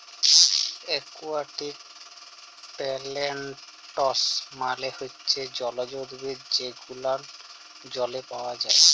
aquatic plants মালে হচ্যে জলজ উদ্ভিদ যে গুলান জলে পাওয়া যায়